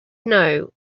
know